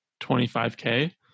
25k